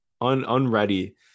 unready